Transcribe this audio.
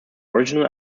original